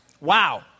Wow